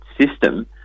system